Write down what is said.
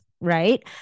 right